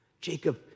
Jacob